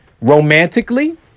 romantically